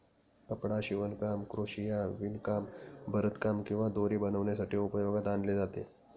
कपडा शिवणकाम, क्रोशिया, विणकाम, भरतकाम किंवा दोरी बनवण्यासाठी उपयोगात आणले जाते